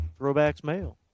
Throwbacksmail